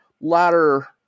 latter